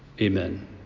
Amen